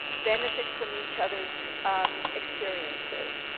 benefit from each other's experiences,